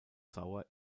sauer